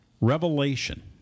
revelation